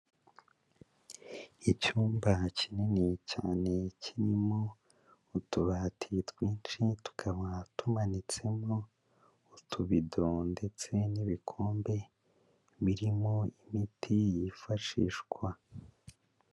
Icyumba kinini cyane kirimo utubati twinshi, tukaba tumanitsemo utubido ndetse n'ibikombe birimo imiti yifashishwa.